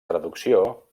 traducció